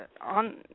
on